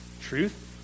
truth